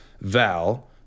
Val